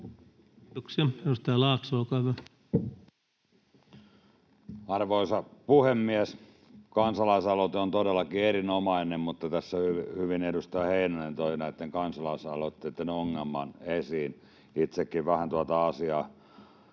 Time: 21:08 Content: Arvoisa puhemies! Kansalaisaloite on todellakin erinomainen, mutta tässä hyvin edustaja Heinonen toi näitten kansalaisaloitteitten ongelman esiin. Itsekin vähän kauden alussa